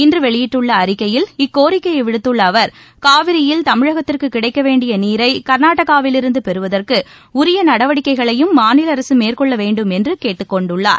இன்று வெளியிட்டுள்ள அறிக்கையில் இக்கோரிக்கையை விடுத்துள்ள அவர் காவிரியில் தமிழகத்திற்கு கிடைக்க வேண்டிய நீரை கர்நாடகாவிலிருந்து பெறுவதற்கு உரிய நடவடிக்கைகளையும் மாநில அரசு மேற்கொள்ள வேண்டும் என்று கேட்டுக்கொண்டுள்ளார்